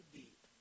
deep